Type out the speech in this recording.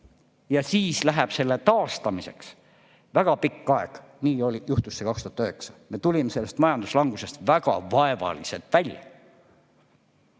Ja siis läheb selle taastamiseks väga pikk aeg. Nii juhtus 2009, me tulime sellest majanduslangusest väga vaevaliselt välja.